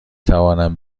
توانم